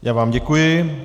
Já vám děkuji.